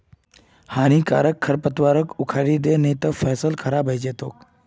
हानिकारक खरपतवारक उखड़इ दे नही त फसल खराब हइ जै तोक